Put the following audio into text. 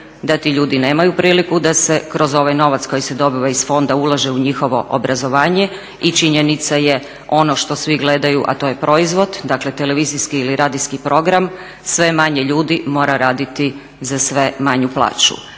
da ti ljudi nemaju priliku da se kroz ovaj novac koji se dobiva iz fonda ulaže u njihovo obrazovanje i činjenica je, ono što svi gledaju, a to je proizvod, dakle televizijski ili radijski program, sve manje ljudi mora raditi za sve manju plaću.